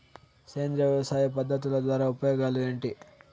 సేంద్రియ వ్యవసాయ పద్ధతుల ద్వారా ఉపయోగాలు ఏంటి?